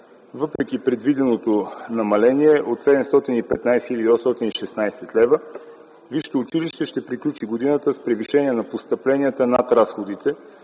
Въпреки предвиденото намаление от 715 хил. 816 лв., висшето училище ще приключи годината с превишение на постъпленията над разходите